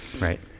Right